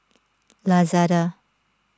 Lazada